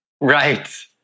right